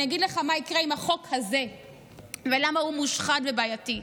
אני אגיד לך מה יקרה עם החוק הזה ולמה הוא מושחת ובעייתי.